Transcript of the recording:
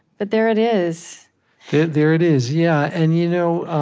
but there it is there it is. yeah and you know